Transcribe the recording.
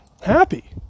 happy